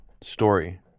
story